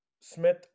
Smith